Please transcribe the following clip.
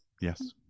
yes